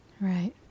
Right